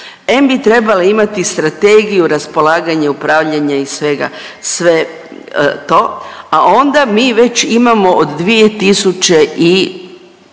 bi trebala imati strategiju raspolaganja i upravljanja i svega, sve to, a onda mi već imamo od 2014.,